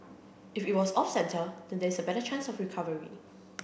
if it was off centre then there is a better chance of recovery